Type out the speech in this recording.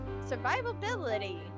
survivability